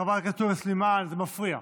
חברת הכנסת תומא סלימאן, זה מפריע.